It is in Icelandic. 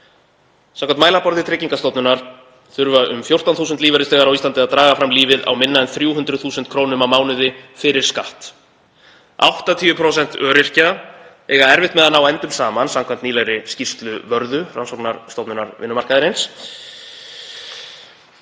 Samkvæmt mælaborði Tryggingastofnunar þurfa um 14.000 lífeyrisþegar á Íslandi að draga fram lífið á minna en 300.000 kr. á mánuði fyrir skatt. 80% öryrkja eiga erfitt með að ná endum saman samkvæmt nýlegri skýrslu Vörðu – rannsóknastofnunar vinnumarkaðarins.